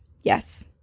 yes